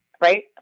right